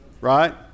right